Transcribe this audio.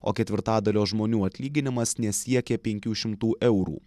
o ketvirtadalio žmonių atlyginimas nesiekė penkių šimtų eurų